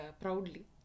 proudly